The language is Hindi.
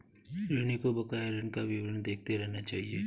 ऋणी को बकाया ऋण का विवरण देखते रहना चहिये